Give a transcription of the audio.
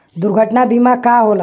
दुर्घटना बीमा का होला?